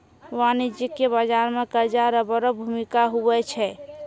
वाणिज्यिक बाजार मे कर्जा रो बड़ो भूमिका हुवै छै